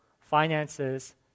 finances